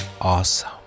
awesome